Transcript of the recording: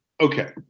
Okay